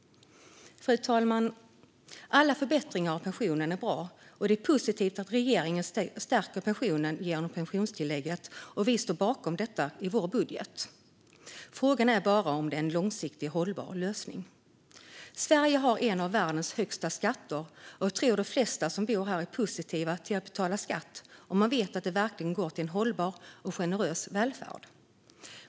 Fru talman! Alla förbättringar av pensionen är bra, och det är positivt att regeringen stärker pensionen genom pensionstillägget. Vi står bakom detta i vår budget. Frågan är bara om det är en långsiktigt hållbar lösning. Sverige har en av världens högsta skatter, och jag tror att de flesta som bor här är positiva till att betala skatt om man vet att det verkligen går till en hållbar och generös välfärd.